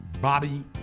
Bobby